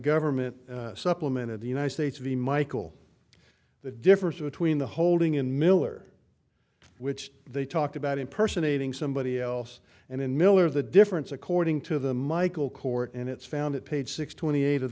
government supplement of the united states v michel the difference between the holding in miller which they talked about impersonating somebody else and in miller the difference according to the michael court and it's found at page six twenty eight of